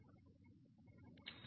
ঠিক আছে